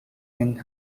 and